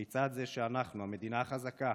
כיצד זה שאנחנו, המדינה החזקה,